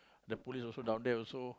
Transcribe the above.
the police also down there also